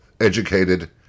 educated